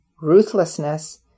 ruthlessness